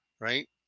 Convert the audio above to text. right